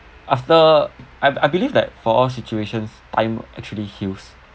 after I I believe that for all situations I'm actually heals